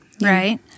right